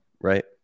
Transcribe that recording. right